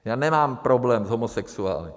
Já nemám problém s homosexuály.